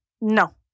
no